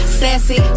Sassy